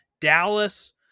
Dallas